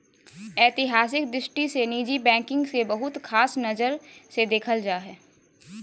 ऐतिहासिक दृष्टि से निजी बैंकिंग के बहुत ख़ास नजर से देखल जा हइ